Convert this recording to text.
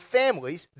families